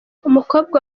umukobwa